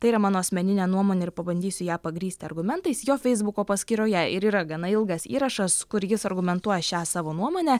tai yra mano asmeninė nuomonė ir pabandysiu ją pagrįsti argumentais jo feisbuko paskyroje ir yra gana ilgas įrašas kur jis argumentuoja šią savo nuomonę